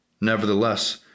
Nevertheless